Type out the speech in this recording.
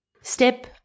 Step